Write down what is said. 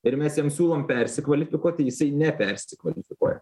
ir mes jam siūlom persikvalifikuot tai jisai nepersikvalifikuoja